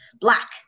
Black